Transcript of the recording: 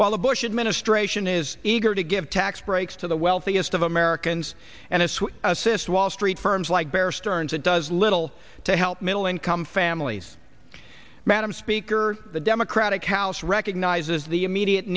while the bush administration is eager to give tax breaks to the wealthiest of americans and this will assist wall street firms like bear stearns and does little to help middle income families madam speaker the democratic house recognizes the immediate